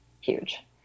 huge